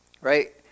Right